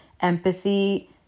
empathy